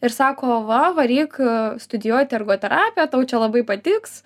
ir sako va varyk studijuoti ergoterapiją tau čia labai patiks